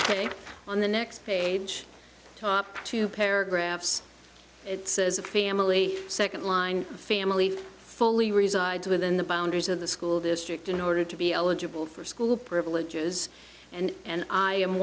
ok on the next page top two paragraphs it says a family second line the family fully resides within the boundaries of the school district in order to be eligible for school privileges and